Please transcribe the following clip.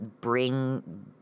bring